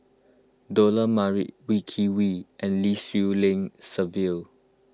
Dollah Majid Wee Kim Wee and Lim Swee Lian Sylvia